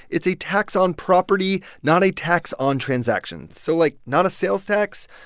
it's a tax on property, not a tax on transactions. so like, not a sales tax,